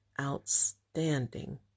outstanding